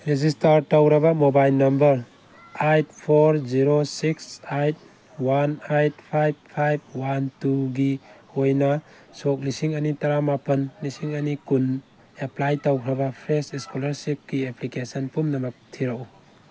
register ꯇꯧꯔꯕ mobile number eight four zero six eight one eight five five one ꯇꯨꯒꯤ ꯑꯣꯏꯅ ꯁꯣꯛ ꯂꯤꯁꯤꯡ ꯑꯅꯤ ꯇꯔꯥ ꯃꯥꯄꯜ ꯂꯤꯁꯤꯡ ꯑꯅꯤ ꯀꯨꯟ ꯑꯦꯄ꯭ꯂꯥꯏ ꯇꯧꯈ꯭ꯔꯕ ꯐ꯭ꯔꯦꯁ ꯁ꯭ꯀꯣꯂꯥꯔꯁꯤꯞꯀꯤ ꯑꯦꯄ꯭ꯂꯤꯀꯦꯁꯟ ꯄꯨꯝꯅꯃꯛ ꯊꯤꯔꯛꯎ